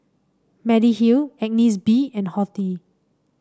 Mediheal Agnes B and Horti